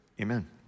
Amen